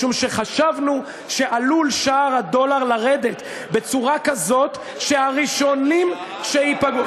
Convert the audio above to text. משום שחשבנו ששער הדולר עלול לרדת בצורה כזו שהראשונים שייפגעו,